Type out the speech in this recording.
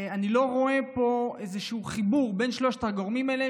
אני לא רואה פה איזשהו חיבור בין שלושת הגורמים האלה,